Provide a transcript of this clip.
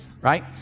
right